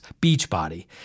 Beachbody